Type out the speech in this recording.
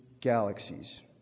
galaxies